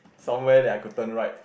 somewhere that I could turn right